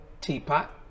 teapot